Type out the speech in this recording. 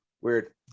Weird